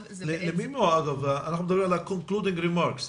--- אנחנו מדברים על ה-concluding remarks,